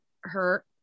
hurt